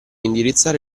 indirizzare